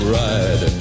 ride